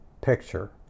picture